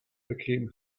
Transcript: became